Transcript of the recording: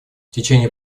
течение